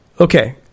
Okay